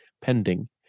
pending